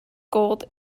gold